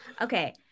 Okay